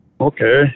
Okay